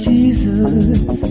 Jesus